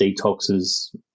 detoxes